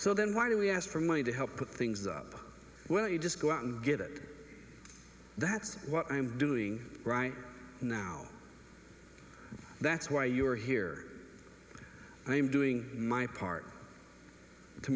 so then why do we ask for money to help put things up well you just go out and get it that's what i'm doing right now that's why you're here and i'm doing my part to